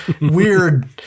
weird